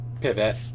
pivot